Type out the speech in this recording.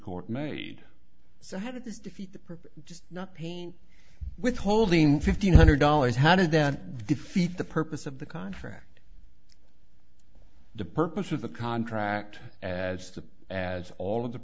court made so had to defeat the purpose did not paint withholding fifteen hundred dollars how did that defeat the purpose of the contract the purpose of the contract as the as all